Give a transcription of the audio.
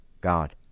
God